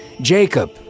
Jacob